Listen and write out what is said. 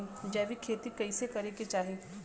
जैविक खेती कइसे करे के चाही?